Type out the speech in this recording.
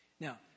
Now